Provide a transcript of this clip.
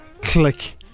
Click